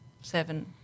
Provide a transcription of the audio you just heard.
seven